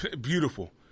beautiful